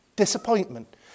disappointment